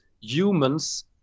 humans